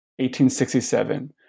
1867